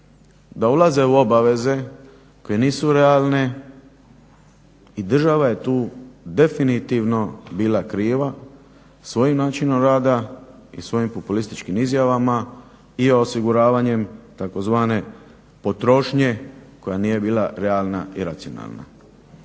da ulaze u obaveze koje nisu realne i država je tu definitivno bila kriva svojim načinom rada i svojim populističkim izjavama i osiguravanjem tzv. potrošnje koja nije bila realna i racionalna.